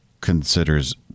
considers